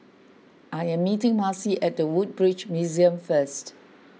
I am meeting Marcy at the Woodbridge Museum first